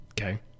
Okay